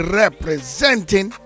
representing